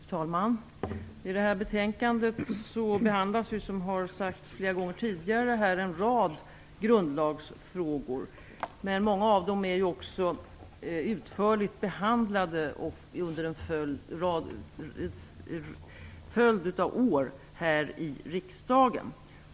Fru talman! I det här betänkandet behandlas, som redan sagts, en rad grundlagsfrågor. Många av dem har behandlats utförligt under en följd av år här i riksdagen.